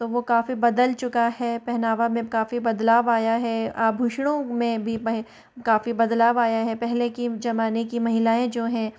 वो काफी बदल चुका है पहनावा में काफी बदलाव आया है आभूषणों में भी काफी बदलाव आया है पहले की जमाने की महिलाएँ जो हैं